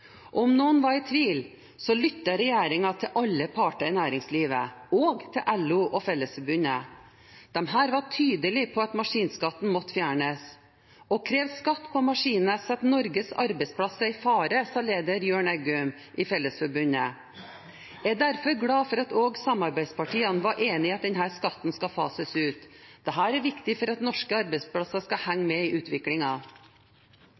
om noen var i tvil, så lytter regjeringen til alle parter i Næringslivet, også til LO og Fellesforbundet. Disse var tydelige på at maskinskatten måtte fjernes: «Å kreve skatt på maskiner setter Norges arbeidsplasser i fare», sa leder Jørn Eggum i Fellesforbundet. Jeg er derfor glad for at også samarbeidspartiene var enige i at denne skatten skal fases ut. Dette er viktig for at norske arbeidsplasser skal